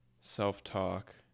self-talk